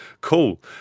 Cool